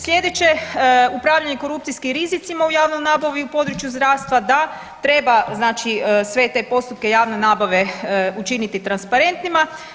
Slijedeće, upravljanje korupcijskim rizicima u javnoj nabavi u području zdravstva, da treba znači sve te postupke javne nabave učiniti transparentima.